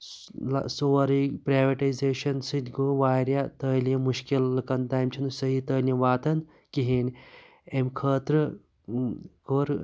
سورٕے پروَٹَیزیشَن سۭتۍ گوٚو وارِیاہ تعلیم مُشکِل لُکَن تام چِھنہِ سہی تعلیم واتان کِہینۍ امہ خٲطرٕ کوٚر